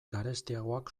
garestiagoak